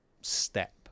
step